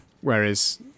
Whereas